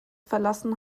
verlassen